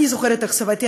אני זוכרת איך סבתי,